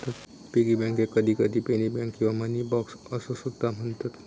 piggy बँकेक कधीकधी penny bank किंवा मनी बॉक्स असो सुद्धा म्हणतत